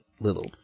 little